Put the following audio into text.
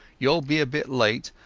youall be a bit late,